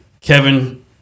Kevin